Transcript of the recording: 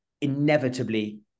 inevitably